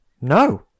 No